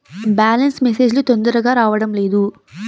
Balance message లు తొందరగా రావడం లేదు?